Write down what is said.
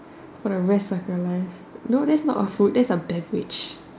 for the rest of your life no that's not a food that's a beverage